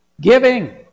Giving